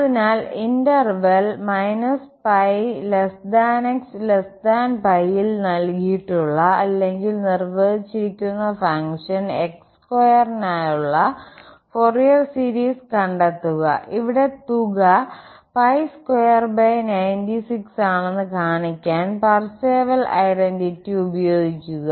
അതിനാൽ interval x ൽ നൽകിയിട്ടുള്ള അല്ലെങ്കിൽ നിർവ്വചിച്ചിരിക്കുന്ന ഫംഗ്ഷൻ x2 നായുള്ള ഫൊറിയർ സീരീസ് കണ്ടെത്തുക ഇവിടെ തുക 2 96 ആണെന്ന് കാണിക്കാൻ പാർസെവൽ ഐഡന്റിറ്റി ഉപയോഗിക്കുക